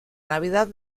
navidad